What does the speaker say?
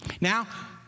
Now